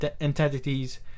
entities